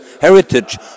heritage